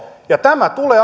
ja tämä tulee